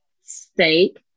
steak